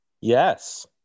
Yes